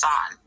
on